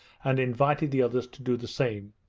and invited the others to do the same.